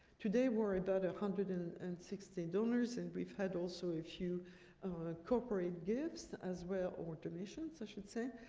today, we're about one ah hundred and and sixty donors, and we've had also a few corporate gifts as well, or donations i should say,